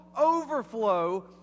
overflow